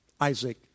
Isaac